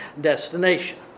destination